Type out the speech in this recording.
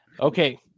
Okay